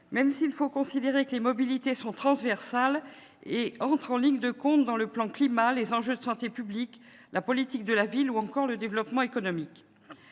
même s'il faut considérer que les mobilités sont transversales et entrent en ligne de compte dans le plan Climat, dans les enjeux de santé publique, dans la politique de la ville ou encore dans le développement économique.